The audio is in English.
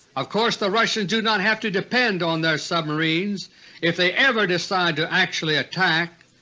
of course the russians do not have to depend on their submarines if they ever decide to actually attack.